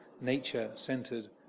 nature-centered